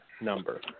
number